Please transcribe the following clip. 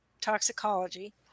toxicology